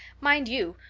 mind you,